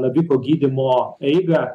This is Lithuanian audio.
naviko gydymo eigą